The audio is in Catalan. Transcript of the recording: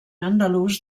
andalús